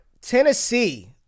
Tennessee